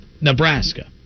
Nebraska